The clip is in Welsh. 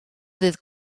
ddydd